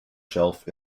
shelf